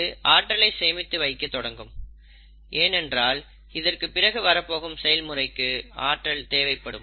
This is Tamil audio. இது ஆற்றலை சேமித்து வைக்க தொடங்கும் ஏனென்றால் இதற்கு பிறகு வரப்போகும் செயல்முறைக்கு ஆற்றல் தேவைப்படும்